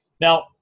Now